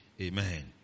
amen